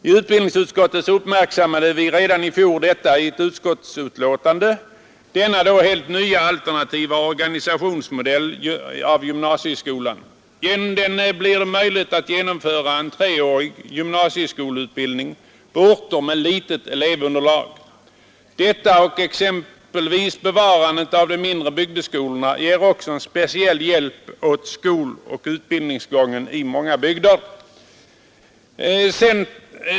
I utbildningsutskottet uppmärksammade vi redan i fjol i ett av utskottets betänkanden denna då helt nya alternativa organisationsmodell av gymnasieskolan. Genom den blir det möjligt att genomföra en treårig gymnasieskoleutbildning på orter med litet elevunderlag. Detta och exempelvis bevarandet av de mindre bygdeskolorna ger också en speciell hjälp åt skoloch utbildningsgången i många bygder.